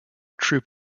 troop